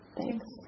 thanks